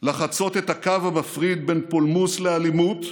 לחצות את הקו המפריד בין פולמוס לאלימות,